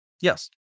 Yes